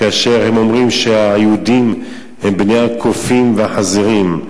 כאשר הם אומרים שהיהודים הם בני הקופים והחזירים,